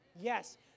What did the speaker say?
Yes